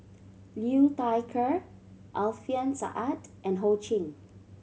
Liu Thai Ker Alfian Sa'at and Ho Ching